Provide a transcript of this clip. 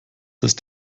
ist